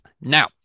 Now